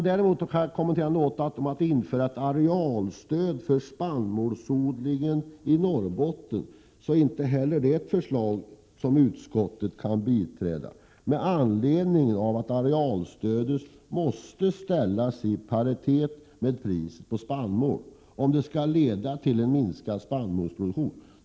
Däremot kan jag något kommentera förslaget att införa ett arealstöd för spannmålsodlingen i Norrbotten. Inte heller detta är ett förslag som utskottet kan biträda, eftersom arealstödet måste ställas i paritet med priset på spannmål om det skall leda till en minskad spannmålsproduktion.